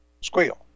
squeal